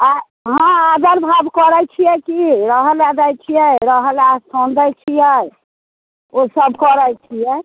आ हँ आदर भाब करैत छियै कि रहला दइ छियै रहला स्थान दइ छियै ओ सब करैत छियै